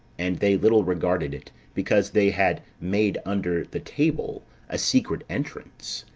and they little regarded it, because they had made under the table a secret entrance,